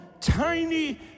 tiny